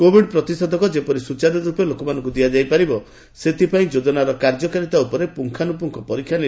Covid ପ୍ରତିଷେଧକ ଯେପରି ସ୍ୱଚାରୁର୍ପେ ଲୋକମାନଙ୍କୁ ଦିଆଯାଇପାରିବ ସେଥିପାଇଁ ଯୋଜନାର କାର୍ଯ୍ୟକାରିତା ଉପରେ ପୁଙ୍ଗାନୁପୁଙ୍ଗ ପରୀକ୍ଷାନିରୀକ୍ଷା କରାଯାଇଛି